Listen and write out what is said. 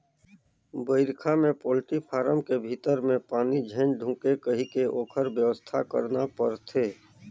बइरखा में poultry farm के भीतरी में पानी झेन ढुंके कहिके ओखर बेवस्था करना परथे